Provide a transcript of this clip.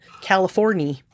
California